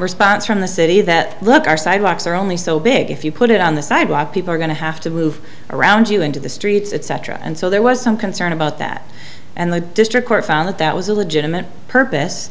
response from the city that look our sidewalks are only so big if you put it on the sidewalk people are going to have to move around you into the streets etc and so there was some concern about that and the district court found that that was a legitimate purpose